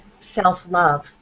self-love